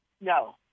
No